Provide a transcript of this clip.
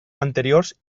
anteriors